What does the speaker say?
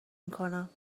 میکنم